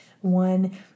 one